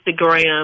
Instagram